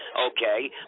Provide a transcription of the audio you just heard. Okay